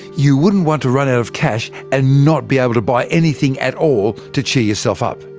you wouldn't want to run out of cash and not be able to buy anything at all to cheer yourself up.